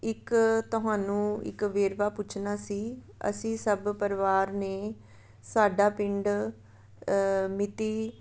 ਇੱਕ ਤੁਹਾਨੂੰ ਇੱਕ ਵੇਰਵਾ ਪੁੱਛਣਾ ਸੀ ਅਸੀਂ ਸਭ ਪਰਿਵਾਰ ਨੇ ਸਾਡਾ ਪਿੰਡ ਮਿਤੀ